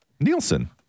Nielsen